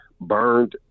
burned